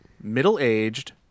Middle-aged